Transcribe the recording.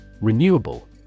Renewable